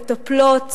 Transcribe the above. מטפלות,